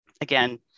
again